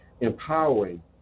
empowering